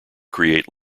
create